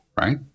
right